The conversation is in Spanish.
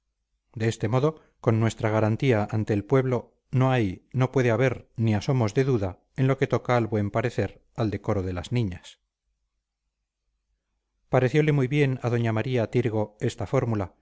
de este modo con nuestra garantía ante el pueblo no hay no puede haber ni asomos de duda en lo que toca al buen parecer al decoro de las niñas pareciole muy bien a doña maría tirgo esta fórmula